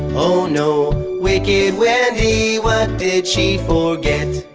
oh no, wicked wendy. what did she forget?